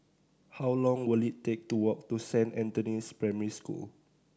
how long will it take to walk to Saint Anthony's Primary School